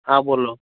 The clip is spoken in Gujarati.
હા બોલો